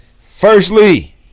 firstly